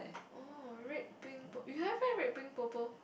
oh red pink purple~ you have meh red pink purple